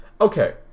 Okay